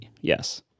yes